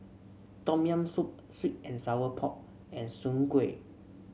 Tom Yam Soup sweet and Sour Pork and Soon Kueh